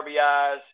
RBIs